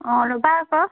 অঁ ল'বা আকৌ